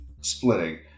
splitting